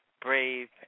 brave